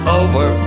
over